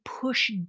push